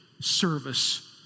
service